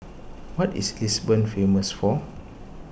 what is Lisbon famous for